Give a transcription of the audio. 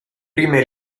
prime